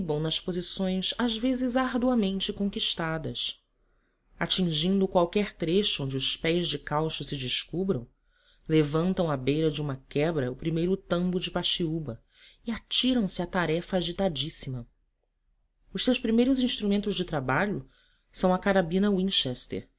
restribam nas posições às vezes arduamente conquistadas atingindo qualquer trecho onde os pés de caucho se descubram levantam à beira de uma quebrada o primeiro tambo de paxiúba e atiram se à tarefa agitadíssima os seus primeiros instrumentos de trabalho são a carabina winchester